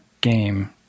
game